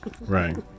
Right